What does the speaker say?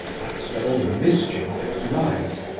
that's where all the mischief of it lies!